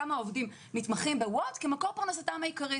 כמה עובדים נתמכים בוולט כמקור פרנסתם העיקרי.